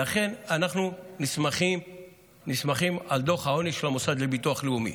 ולכן אנחנו נסמכים על דוח העוני של המוסד לביטוח לאומי.